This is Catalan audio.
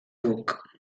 duc